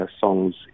songs